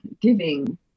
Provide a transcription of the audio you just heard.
giving